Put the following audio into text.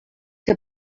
que